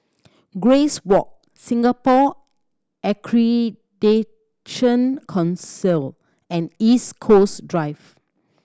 Grace Walk Singapore Accreditation Council and East Coast Drive